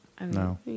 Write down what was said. No